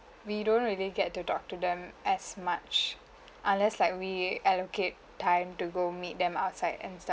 we don't really get to talk to them as much unless like we allocate time to go meet them outside and stuff